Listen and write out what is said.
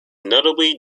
notably